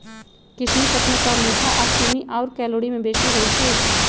किशमिश अपने तऽ मीठ आऽ चीन्नी आउर कैलोरी में बेशी होइ छइ